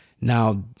Now